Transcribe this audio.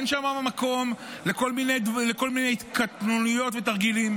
אין שם מקום לכל מיני התקטננויות ותרגילים.